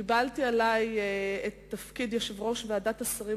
קיבלתי עלי את תפקיד יושבת-ראש ועדת השרים